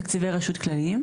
ותקציבי רשות כללים.